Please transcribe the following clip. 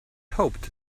hoped